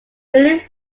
many